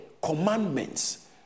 commandments